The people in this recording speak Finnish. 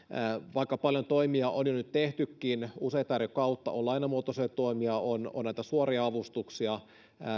vaikka paljon toimia on jo nyt tehtykin useaa eri kautta on lainamuotoisia toimia on näitä suoria avustuksia